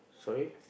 sorry